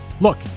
Look